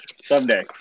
Someday